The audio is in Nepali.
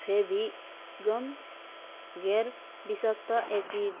फेभिगम गैरविषाक्त एसी